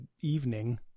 evening